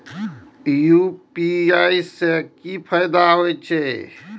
UPI से की फायदा हो छे?